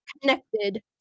connected